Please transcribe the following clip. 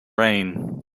rain